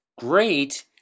great